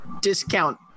discount